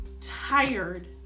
tired